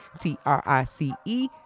T-R-I-C-E